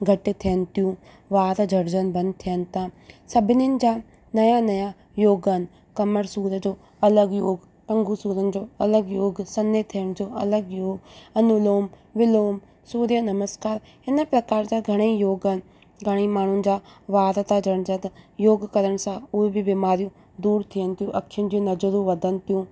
घटि थियनि थियूं वार झड़िजनि बंदि थियनि था सभिनीनि जा नयां नयां योग आहिनि कमरि सूर जो अलॻि योगु टंगूं सूर जो अलॻि योगु सन्हे थियण जो अलॻि योगु अनुलोम विलोम सुर्य नमस्कार हिन प्रकार जा घणेई योग आहिनि घणेई माण्हुनि जा वार था झड़िजनि योग करण सां उहे बि बीमारियूं दूरि थियनि थियूं अखियुनि जूं नज़रूं वधनि थियूं